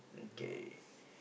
okay